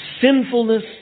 sinfulness